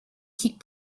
keep